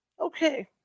Okay